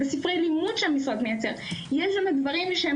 בספרי לימוד שהמשרד מייצר יש שם דברים שהם